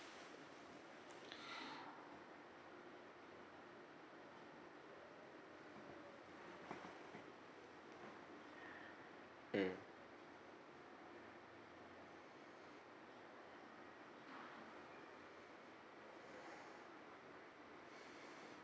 mm